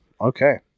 Okay